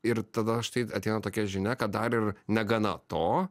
ir tada štai ateina tokia žinia kad dar ir negana to